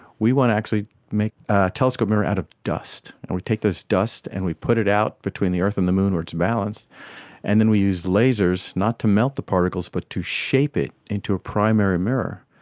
we want to actually make a telescope mirror out of dust and we take this dust and we put it out between the earth and the moon where it's balanced and then we use lasers not to melt the particles but to shape it into a primary mirror.